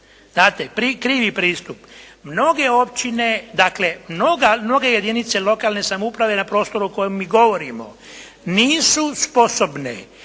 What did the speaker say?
jedan krivi pristup. Mnoge općine, dakle mnoge jedinice lokalne samouprave na prostoru o kojem mi govorimo, nisu sposobne